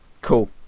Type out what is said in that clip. cool